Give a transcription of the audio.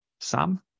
sam